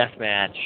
deathmatch